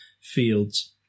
fields